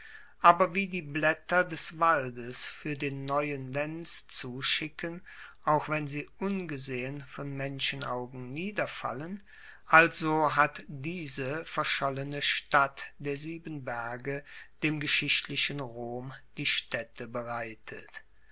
aber wie die blaetter des waldes fuer den neuen lenz zuschicken auch wenn sie ungesehen von menschenaugen niederfallen also hat diese verschollene stadt der sieben berge dem geschichtlichen rom die staette bereitet